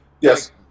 Yes